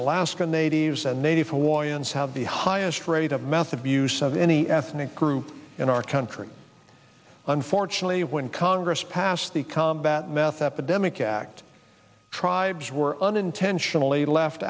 alaskan natives and native hawaiians have the highest rate of meth abuse of any ethnic group in our country unfortunately when congress passed the combat meth epidemic act tribes were unintentionally left